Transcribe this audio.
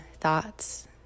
thoughts